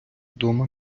дома